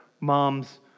moms